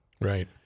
Right